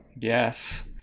Yes